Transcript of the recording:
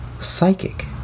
Psychic